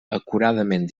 acuradament